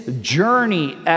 journey